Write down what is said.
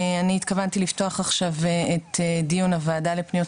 אני התכוונתי לפתוח עכשיו את דיון הוועדה לפניות